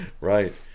right